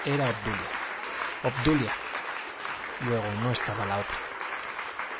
era obdulia obdulia luego no estaba la otra